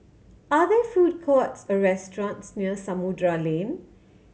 are there food courts or restaurants near Samudera Lane